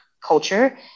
culture